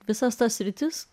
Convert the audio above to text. visas tas sritis